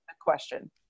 question